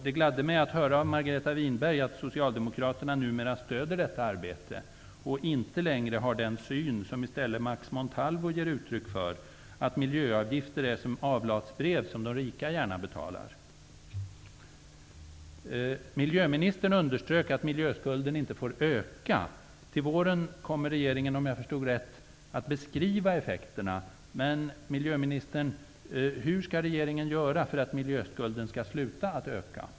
Det gladde mig att höra av Margareta Winberg att Socialdemokraterna numera stöder detta arbete och inte längre har den syn som i stället Max Montalvo ger uttryck för, nämligen att miljöavgifter är som avlatsbrev som de rika gärna betalar. Miljöministern underströk att miljöskulden inte får öka. Till våren kommer regeringen, om jag förstod rätt, att beskriva effekterna. Men, miljöministern, hur skall regeringen göra för att miljöskulden skall sluta att öka?